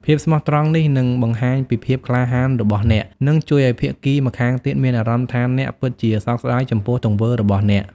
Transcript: ភាពស្មោះត្រង់នេះនឹងបង្ហាញពីភាពក្លាហានរបស់អ្នក និងជួយឱ្យភាគីម្ខាងទៀតមានអារម្មណ៍ថាអ្នកពិតជាសោកស្ដាយចំពោះទង្វើរបស់អ្នក។